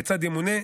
וכיצד ימונה,